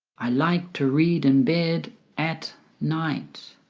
i like to read in bed at night